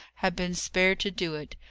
have been spared to do it.